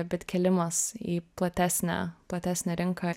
bet kėlimas į platesnę platesnę rinką